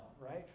right